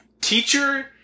teacher